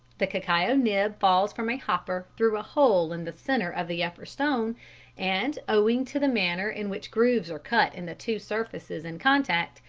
the cacao nib falls from a hopper through a hole in the centre of the upper stone and, owing to the manner in which grooves are cut in the two surfaces in contact,